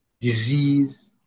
disease